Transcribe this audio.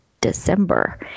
December